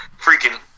freaking